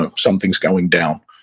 ah something's going down.